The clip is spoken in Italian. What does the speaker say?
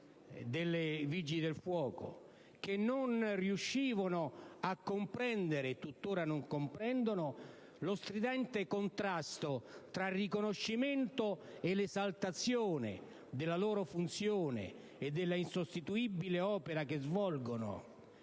dei Vigili del fuoco - che non riuscivano a comprendere, e tuttora non comprendono, lo stridente contrasto tra il riconoscimento e l'esaltazione della loro funzione e della insostituibile opera che svolgono,